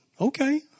okay